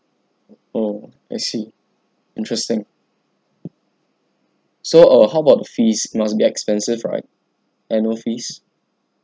oh I see interesting so uh how about the fees must be expensive right annual fees